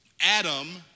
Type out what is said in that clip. Adam